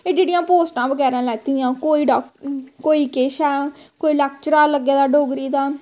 एह्ड्डी एह्ड्डियां पोस्टां बगैरा लैती दियां कोई किश ऐ कोई लैक्चरार लग्गे दा डोगरी दा